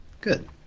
Good